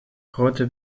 grote